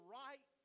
right